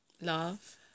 love